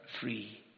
free